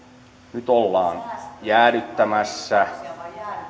nyt ollaan jäädyttämässä